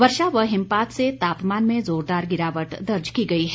वर्षा व हिमपात से तापमान में जोरदार गिरावट दर्ज की गई है